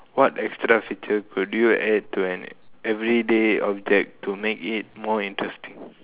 what extra feature could you add to an everyday object to make it more interesting